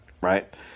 Right